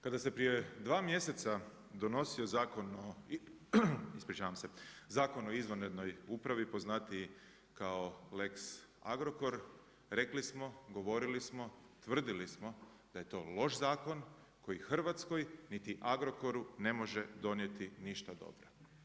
Kada ste prije dva mjeseca, donosio zakon, ispričavam se, Zakon o izvanrednoj upravi, poznatiji kao lex Agrokor, rekli smo, govorili smo, tvrdili smo da je to loš zakon, koji Hrvatskoj niti Agrokoru ne može donijeti ništa dobro.